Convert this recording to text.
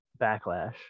backlash